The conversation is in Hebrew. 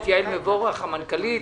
את יעל מבורך המנכ"לית.